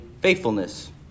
faithfulness